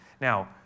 Now